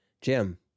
Jim